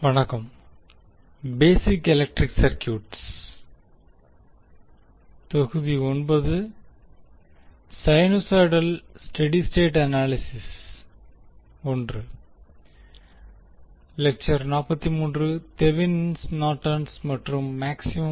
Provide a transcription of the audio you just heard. வணக்கம்